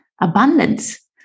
abundance